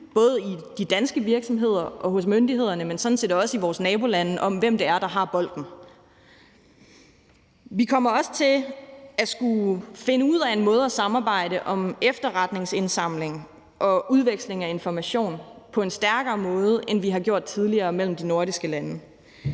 både i de danske virksomheder og hos myndighederne, men sådan set også i vores nabolande, om, hvem der har bolden. Vi kommer også til at skulle finde ud af en måde at samarbejde om efterretningsindsamling og udveksling af information på en stærkere måde, end vi har gjort tidligere, mellem de nordiske lande.